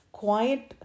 quiet